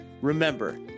Remember